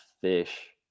fish